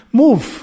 move